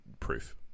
proof